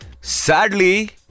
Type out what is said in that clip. Sadly